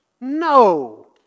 No